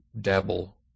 Dabble